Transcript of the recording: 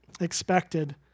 expected